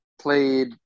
played